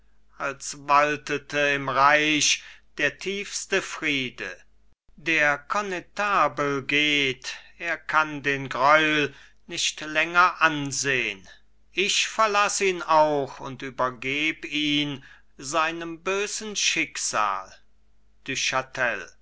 als waltete im reich der tiefste friede der connetable geht er kann den greul nicht länger ansehn ich verlaß ihn auch und übergeb ihn seinem bösen schicksal